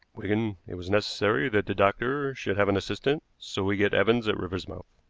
wigan. it was necessary that the doctor should have an assistant, so we get evans at riversmouth.